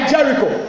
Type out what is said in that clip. Jericho